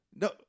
No